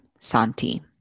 Santi